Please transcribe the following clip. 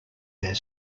their